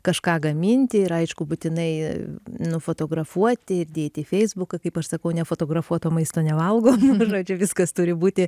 kažką gaminti ir aišku būtinai nufotografuoti ir dėti į feisbuką kaip aš sakau nefotografuoto maisto nevalgom žodžiu viskas turi būti